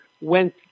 went